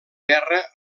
guerra